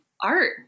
art